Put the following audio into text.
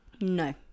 No